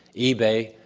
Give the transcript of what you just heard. ebay,